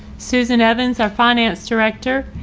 susan evans, our finance director,